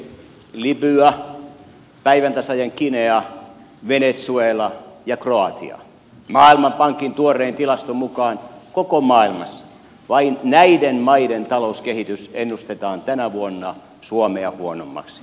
libya päiväntasaajan guinea venezuela ja kroatia maailmanpankin tuoreen tilaston mukaan koko maailmassa vain näiden maiden talouskehitys ennustetaan tänä vuonna suomea huonommaksi